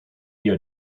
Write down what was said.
you